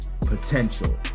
potential